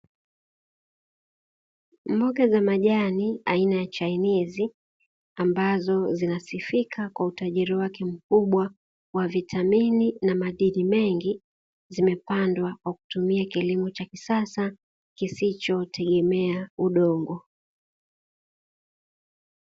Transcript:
Mboga za majani aina ya chainizi ambazo zinasifika kwa utajiri wake mkubwa wa vitamini na madini mengi, zimepandwa kwa kutumia kilimo cha kisasa kisichotegemea udongo.